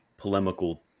polemical